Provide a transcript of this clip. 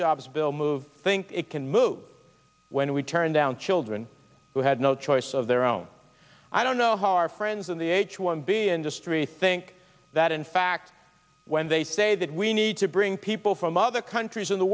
jobs bill move think it can move when we turn down children who had no choice of their own i don't know how our friends in the h one b industry think that in fact when they say that we need to bring people from other countries in the